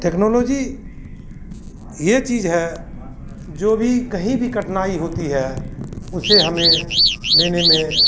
technology यह चीज़ है जो भी कहीं भी कठिनाई होती है उससे हमें लेने में